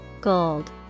gold